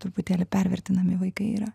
truputėlį pervertinami vaikai yra